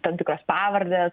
tam tikros pavardės